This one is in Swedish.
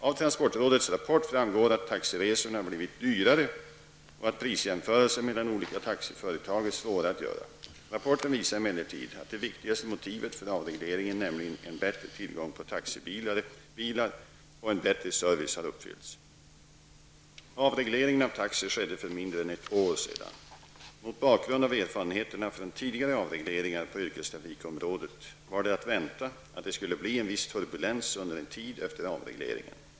Av transportrådets rapport framgår att taxiresorna blivit dyrare och att prisjämförelser mellan olika taxiföretag är svåra att göra. Rapporten visar emellertid att det viktigaste motivet för avregleringen, nämligen en bättre tillgång på taxibilar och en bättre service, har uppfyllts. Avregleringen av taxi skedde för mindre än ett år sedan. Mot bakgrund av erfarenheterna från tidigare avregleringar på yrkestrafikområdet var det att vänta att det skulle bli en viss turbulens under en tid efter avregleringen.